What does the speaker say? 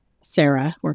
Sarah